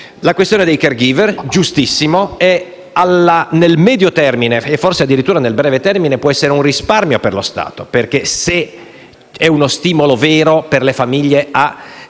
La questione dei *caregiver* è giustissima. Nel medio termine - e forse addirittura - nel breve può essere un risparmio per lo Stato, se è uno stimolo vero per le famiglie a